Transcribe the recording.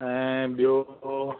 ऐं ॿियों